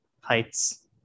heights